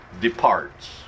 departs